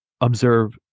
observe